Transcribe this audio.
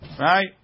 Right